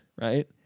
right